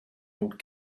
old